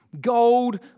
Gold